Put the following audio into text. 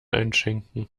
einschenken